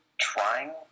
trying